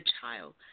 child